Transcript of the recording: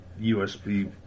USB